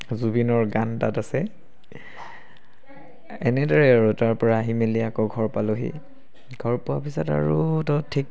জুবিনৰ গান এটাত আছে এনেদৰেই আৰু তাৰ পৰা আহি মেলি আকৌ ঘৰ পালোঁহি ঘৰ পোৱাৰ পিছত আৰুতো ঠিক